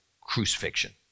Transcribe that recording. crucifixion